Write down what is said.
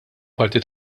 parti